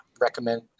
recommend